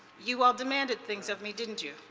you all demanded things of me, didn't you?